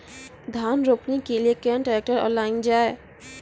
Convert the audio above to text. धान रोपनी के लिए केन ट्रैक्टर ऑनलाइन जाए?